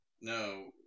No